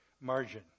margin